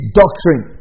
doctrine